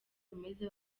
bimeze